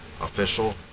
official